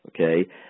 Okay